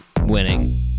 Winning